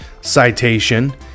Citation